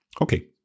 Okay